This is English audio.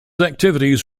activities